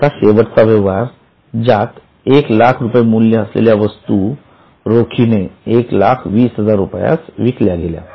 आता शेवटचा व्यवहार ज्यात १००००० मूल्य असलेल्या वस्तू रोखीने १२०००० रुपयास विकल्या गेल्या